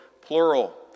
plural